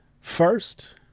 first